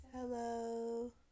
Hello